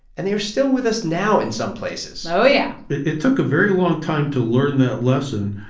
and they are still with us now in some places oh, yeah it took a very long time to learn that lesson.